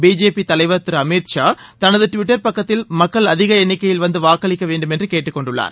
BJP தலைவர் திரு அமீத் ஷா தனது Twitter பக்கத்தில் மக்கள் அதிக எண்ணிக்கையில் வந்து வாக்களிக்க வேண்டும் என்று கேட்டுக்கொண்டுள்ளார்